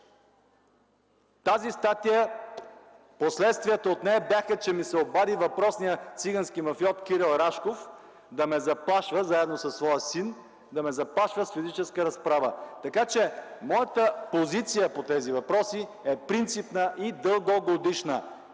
със статията.) Последствията от тази статия бяха, че ми се обади въпросният цигански мафиот Кирил Рашков да ме заплашва, заедно със своя син, с физическа разправа. Така че моята позиция по тези въпроси е принципна и дългогодишна!